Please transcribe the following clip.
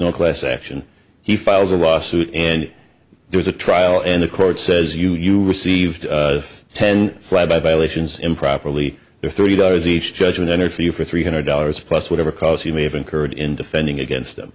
no class action he files a lawsuit and there was a trial and the court says you received ten flyby violations improperly there are three dollars each judgment entered for you for three hundred dollars plus whatever cause you may have incurred in defending against them